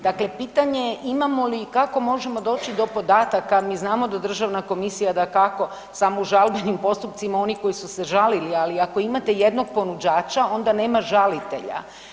Dakle pitanje je imamo li i kako možemo doći do podataka, mi znamo da Državna komisija, dakako, samo u žalbenim postupcima, oni koji su se žalili, ali ako imate jednog ponuđača, onda nema žalitelja.